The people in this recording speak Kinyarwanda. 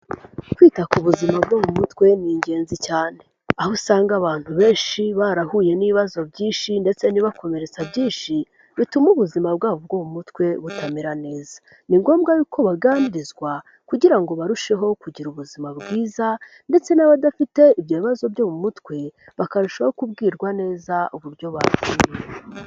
Kwita ku buzima bwo mu mutwe ni ingenzi cyane, aho usanga abantu benshi barahuye n'ibibazo byinshi ndetse n'ibibakomeretsa byinshi bituma ubuzima bwabo bwo mu mutwe butamera neza, ni ngombwa yuko baganirizwa kugira ngo barusheho kugira ubuzima bwiza ndetse n'abadafite ibyo bibazo byo mu mutwe bakarushaho kubwirwa neza uburyo babyirinda.